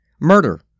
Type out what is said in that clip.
murder